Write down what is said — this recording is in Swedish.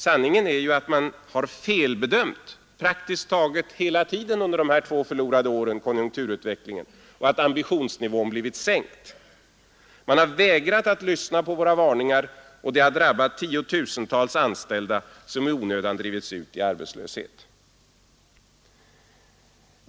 Sanningen är ju att man praktiskt taget hela tiden under de här två förlorade åren har felbedömt konjunkturutvecklingen och att ambitionsnivån har blivit sänkt. Man har vägrat att lyssna på våra varningar, och det har drabbat tiotusentals anställda som i onödan har drivits ut i arbetslöshet.